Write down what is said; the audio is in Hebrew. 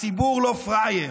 הציבור לא פראייר.